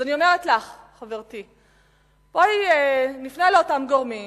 אז אני אומרת לך, חברתי: בואי נפנה לאותם גורמים